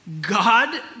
God